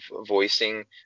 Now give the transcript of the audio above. voicing